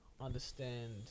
understand